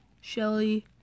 Shelly